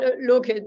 look